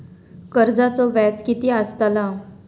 कर्जाचो व्याज कीती असताला?